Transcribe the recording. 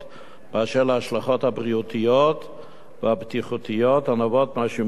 באשר להשלכות הבריאותיות והבטיחותיות הנובעות מהשימוש בו,